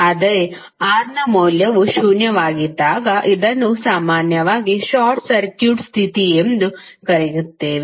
ಆದ್ದರಿಂದ R ನ ಮೌಲ್ಯವು ಶೂನ್ಯವಾಗಿದ್ದಾಗ ಇದನ್ನು ಸಾಮಾನ್ಯವಾಗಿ ಶಾರ್ಟ್ ಸರ್ಕ್ಯೂಟ್ ಸ್ಥಿತಿ ಎಂದು ಕರೆಯುತ್ತೇವೆ